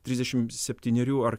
trisdešim septynerių ar